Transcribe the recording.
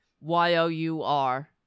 Y-O-U-R